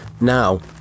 Now